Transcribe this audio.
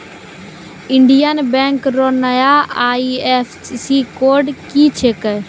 Indian bank रो नया IFSC code की छिकै